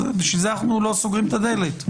לשם כך אנחנו לא סוגרים את הדלת.